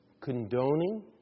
condoning